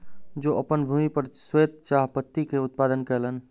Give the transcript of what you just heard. ओ अपन भूमि पर श्वेत चाह पत्ती के उत्पादन कयलैन